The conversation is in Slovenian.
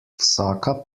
vsaka